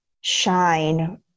shine